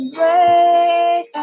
Break